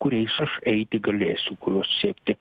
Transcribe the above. kuriais aš eiti galėsiu kuriuos siekti